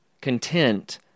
content